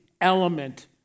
element